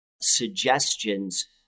suggestions